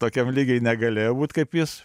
tokiam lygy negalėjau būt kaip jis